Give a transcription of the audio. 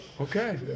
Okay